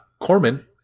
Corman